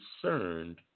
concerned